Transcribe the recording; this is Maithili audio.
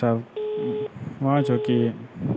सभमे छौ कि